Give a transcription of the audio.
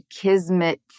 kismet